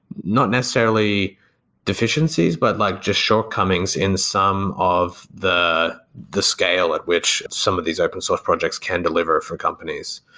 not necessarily deficiencies, but like just shortcomings in some of the the scale at which some of these open source projects can deliver for companies.